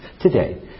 today